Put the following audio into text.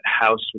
house